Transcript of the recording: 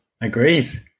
Agreed